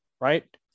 right